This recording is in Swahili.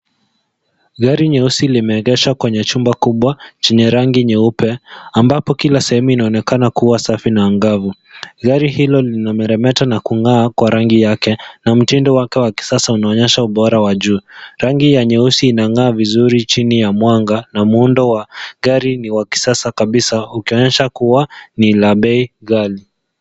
Gari nyeusi limeegeshwa kwenye chumba kubwa chenye rangi nyeupe ambapo kila sehemu inaonekana kuwa safi na angavu. Gari hilo linameremeta na kung'aa kwa rangi yake na mtindo wake wa kisasa unaonyesha ubora wake wa juu. Rangi ya nyeusi inang'aa vizuri chini ya mwanga na muundo wa gari ni wa kisasa kabisa ukionyesha kuwa ni la bei ghali.